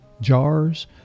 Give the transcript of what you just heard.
jars